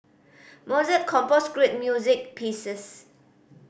Mozart composed great music pieces